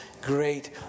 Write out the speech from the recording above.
great